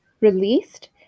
released